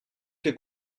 que